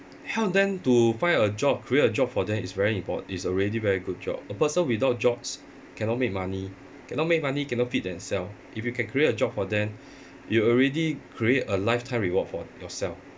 help them to find a job create a job for them is very impor~ it's already very good job a person without jobs cannot make money cannot make money cannot feed themself if you can create a job for them you already create a lifetime reward for yourself